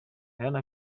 rihanna